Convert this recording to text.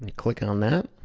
and click on that.